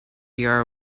your